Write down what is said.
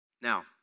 Now